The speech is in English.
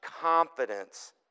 confidence